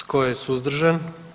Tko je suzdržan?